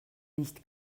nicht